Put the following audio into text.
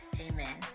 amen